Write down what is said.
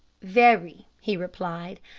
very, he replied.